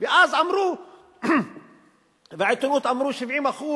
ואז אמרו בעיתונות: 70%,